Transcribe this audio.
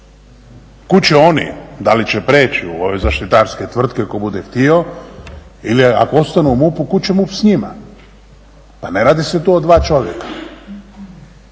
Kud će oni, da li će preći u ove zaštitarske tvrtke tko bude htio ili ako ostanu u MUP-u kuda će MUP s njima. Pa ne radi se to o dva čovjeka.